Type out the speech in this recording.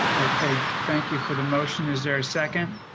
okay, thank you for the motion. is there a second